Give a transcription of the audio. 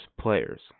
players